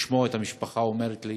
לשמוע את המשפחה אומרת לי